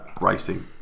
racing